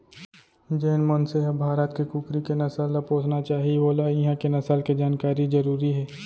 जेन मनसे ह भारत के कुकरी के नसल ल पोसना चाही वोला इहॉं के नसल के जानकारी जरूरी हे